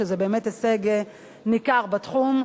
שזה באמת השג ניכר בתחום.